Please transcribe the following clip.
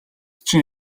чинь